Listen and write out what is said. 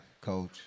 Coach